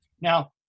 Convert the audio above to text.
Now